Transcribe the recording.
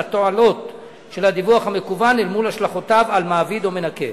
התועלות של הדיווח המקוון אל מול השלכותיו על מעביד או מנכה.